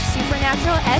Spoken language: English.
Supernatural